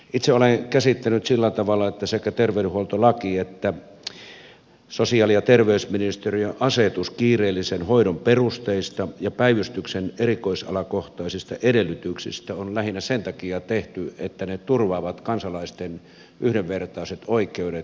itse olen käsittänyt sillä tavalla että sekä terveydenhuoltolaki että sosiaali ja terveysministeriön asetus kiireellisen hoidon perusteista ja päivystyksen erikoisalakohtaisista edellytyksistä on lähinnä sen takia tehty että ne turvaavat kansalaisten yhdenvertaiset oikeudet ja potilasturvallisuuden